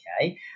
okay